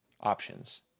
Options